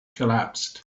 collapsed